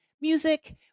music